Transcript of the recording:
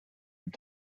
and